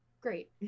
great